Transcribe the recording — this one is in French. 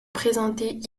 présentés